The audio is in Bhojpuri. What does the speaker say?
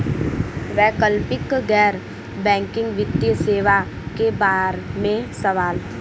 वैकल्पिक गैर बैकिंग वित्तीय सेवा के बार में सवाल?